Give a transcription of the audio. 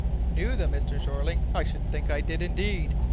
knew them, mr. jeorling? i should think i did, indeed!